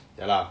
ya lah